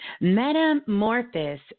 Metamorphosis